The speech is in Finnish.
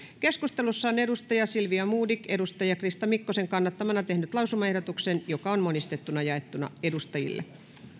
keskustelussa on silvia modig krista mikkosen kannattamana tehnyt lausumaehdotuksen joka on monistettuna jaettu edustajille